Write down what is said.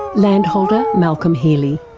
landholder malcolm healey.